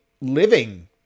living